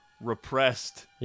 repressed